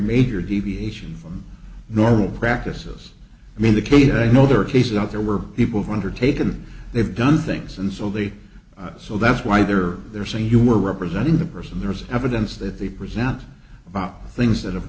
major deviation from normal practices i mean the case that i know there are cases out there were people who undertaken they've done things and so they so that's why they're there saying you were representing the person there's evidence that they present about things that have